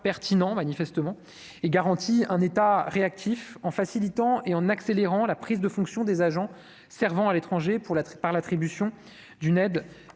pertinent manifestement et garantit un État réactif en facilitant et en accélérant la prise de fonction des agents servant à l'étranger pour la par l'attribution d'une aide